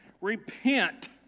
Repent